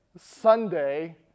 Sunday